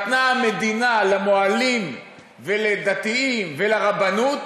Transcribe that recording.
שנתנה המדינה למוהלים ולדתיים ולרבנות,